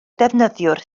defnyddiwr